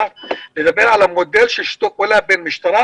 ומדבר על המודל ושיתוף פעולה עם המשטרה